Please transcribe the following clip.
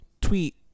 tweet